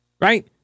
Right